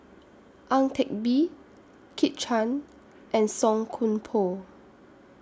Ang Teck Bee Kit Chan and Song Koon Poh